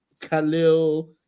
Khalil